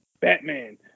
Batman